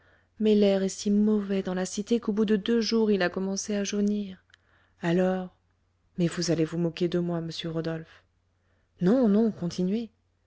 mais l'air est si mauvais dans la cité qu'au bout de deux jours il a commencé à jaunir alors mais vous allez vous moquer de moi monsieur rodolphe non non continuez